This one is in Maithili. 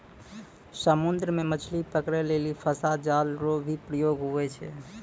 समुद्र मे मछली पकड़ै लेली फसा जाल रो भी प्रयोग हुवै छै